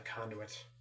conduit